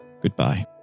goodbye